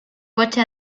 coche